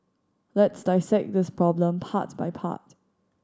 let's dissect this problem part by part